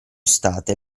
state